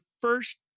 first